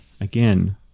again